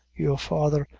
your father,